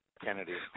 Kennedy